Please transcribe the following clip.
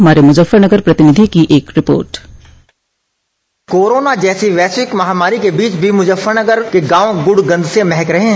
हमारे मुजफ्फरनगर प्रतिनिधि की रिपोट कोरोना जैसी वैश्विक महामारी के बीच भी मुजफ्फरनगर के गांव गुड़ की गंध से महक रहे हैं